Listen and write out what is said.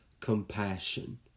compassion